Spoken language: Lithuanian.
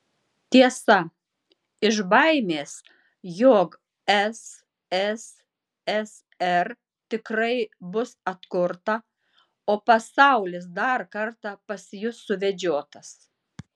tiesa iš baimės jog sssr tikrai bus atkurta o pasaulis dar kartą pasijus suvedžiotas